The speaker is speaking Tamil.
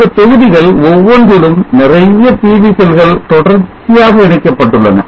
இந்த தொகுதிகள் ஒவ்வொன்றிலும் நிறைய PV செல்கள் தொடர்ச்சியாக இணைக்கப்பட்டுள்ளன